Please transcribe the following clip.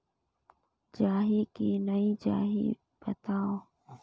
जाही की नइ जाही बताव?